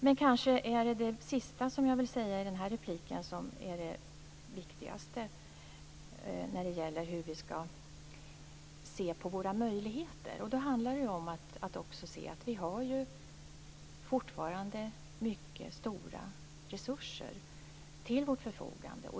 Men kanske är det sista jag vill säga i den här repliken det viktigaste när det gäller hur vi skall se på våra möjligheter. Det handlar om att också se att vi fortfarande har mycket stora resurser till vårt förfogande.